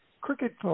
Cricket